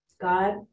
God